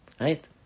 Right